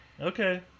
Okay